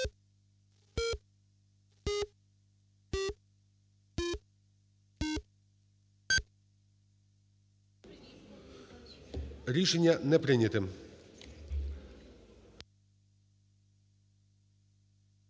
Рішення не прийнято.